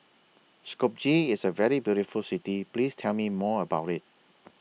Skopje IS A very beautiful City Please Tell Me More about IT